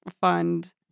fund